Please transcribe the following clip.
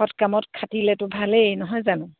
সৎ কামত খাটিলেতো ভালেই নহয় জানো